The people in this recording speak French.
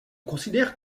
considère